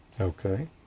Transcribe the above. Okay